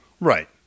Right